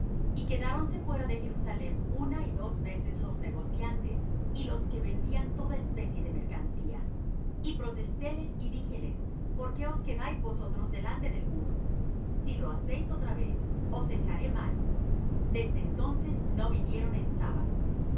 y quedáronse fuera de jerusalem una y dos veces los negociantes y los que vendían toda especie de mercancía y protestéles y díjeles por qué os quedáis vosotros delante del muro si lo hacéis otra vez os echaré mano desde entonces no vinieron en sábado